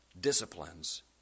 disciplines